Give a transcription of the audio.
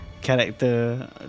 character